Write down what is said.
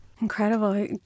Incredible